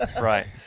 right